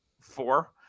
four